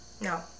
No